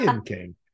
King